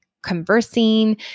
Conversing